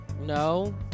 No